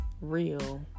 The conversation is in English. real